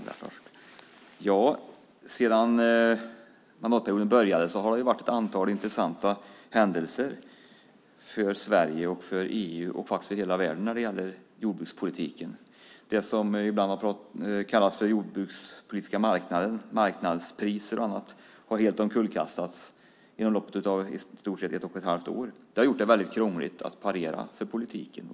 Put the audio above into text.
Sedan mandatperioden började har det varit ett antal intressanta händelser för Sverige, EU och hela världen när det gäller jordbrukspolitiken. Det som ibland kallats för jordbrukspolitiska marknaden, marknadspriser och annat har helt omkullkastats inom loppet av i stort sett ett och ett halvt år. Det har gjort det väldigt krångligt att parera för politiken.